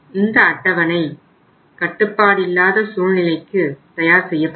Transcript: இந்த அட்டவணை கட்டுப்பாடில்லாத சூழ்நிலைக்கு தயார் செய்யப்பட்டது